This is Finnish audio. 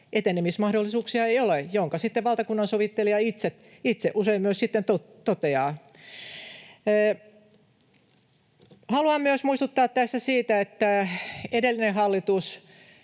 etenemismahdollisuuksia ei ole, minkä valtakunnansovittelija itse usein myös sitten toteaa. Haluan myös muistuttaa tässä siitä, että edellisessä hallituksessa